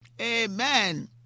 Amen